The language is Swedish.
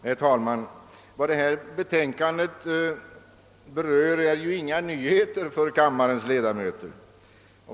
Herr talman! I det här betänkandet behandlas ju inga nyheter för kammarens ledamöter.